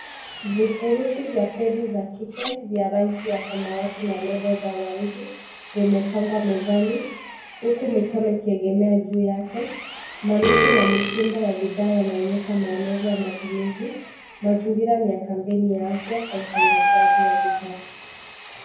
Vifurushi vya pedi sa kike za rangi ya samawati na lebo ya waridi, zimepangwa mezani huku mikono ikiegemea juu yake. Maandishi na misimbo ya bidhaa inaonyesha maelezo ya matumizi. Mazingira ni ya kampeni ya afya na usambazaji wa bidhaa.